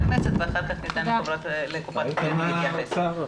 הכנסת ואחר כך לקופת החולים להתייחס.